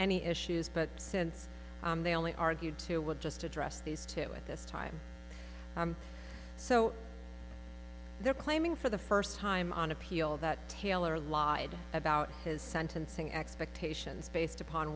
any issues but since they only argued to would just address these two at this time so they're claiming for the first time on appeal that taylor lied about his sentencing expectations based upon